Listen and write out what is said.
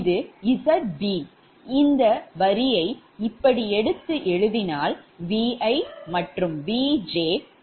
இது Zb இந்த வரியை இப்படி எடுத்து எழுதினால்Vi மற்றும் Vj இங்கு இணைக்கப்பட்டுள்ளது